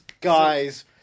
guys